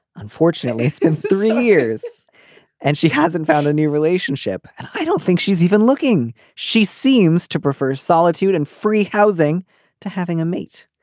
unfortunately it's been three years and she hasn't found a new relationship. i don't think she's even looking. she seems to prefer solitude and free housing to having a mate.